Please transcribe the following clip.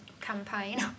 campaign